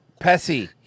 Pessy